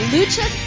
Lucha